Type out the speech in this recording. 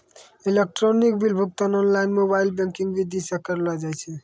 electronic bill भुगतान online mobile banking विधि से करलो जाय छै